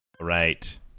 right